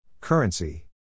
Currency